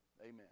Amen